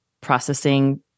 processing